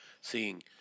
seeing